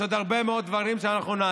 יש עוד הרבה דברים שנעשה,